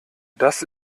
das